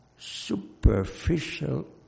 superficial